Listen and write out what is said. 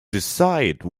decide